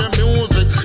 music